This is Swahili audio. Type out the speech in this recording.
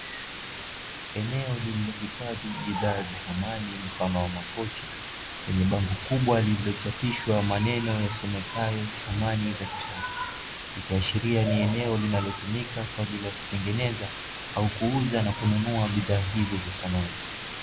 Eneo lililohifadhi bidhaa za samani mfano wa makochi, lenye bango kubwa lililochapishwa maneno yasomekayo, samani za kisasa. Likiashiria ni eneo linalotumika kwa ajili kutengeneza, au kuuza na kununua bidhaa hizo za samani.